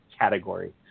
category